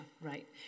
right